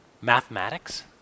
Mathematics